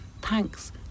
thanks